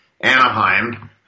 Anaheim